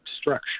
structure